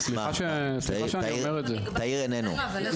וזה בסדר,